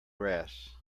grass